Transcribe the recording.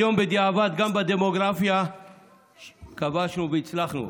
היום בדיעבד גם בדמוגרפיה כבשנו והצלחנו,